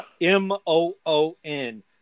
M-O-O-N